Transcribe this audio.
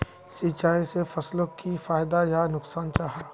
सिंचाई से फसलोक की फायदा या नुकसान जाहा?